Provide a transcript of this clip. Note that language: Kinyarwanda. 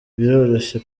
biroroshye